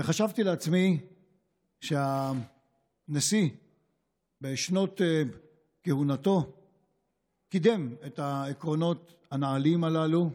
וחשבתי לעצמי שהנשיא בשנות כהונתו קידם את העקרונות הנעלים הללו.